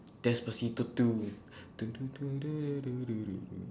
despacito two